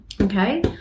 Okay